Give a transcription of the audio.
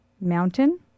Mountain